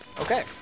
Okay